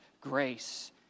grace